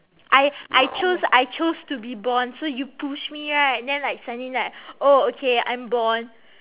I I chose I chose to be born so you push me right then like suddenly like oh okay I'm born